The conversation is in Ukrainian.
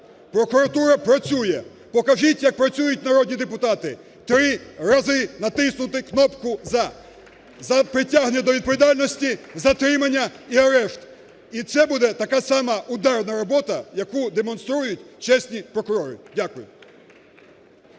Прокуратура працює. Покажіть, як працюють народні депутати. Три рази натиснути кнопку "за" за притягнення до відповідальності, затримання і арешт. І це буде така сама "ударна" робота, яку демонструють чесні прокурори. Дякую.